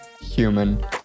Human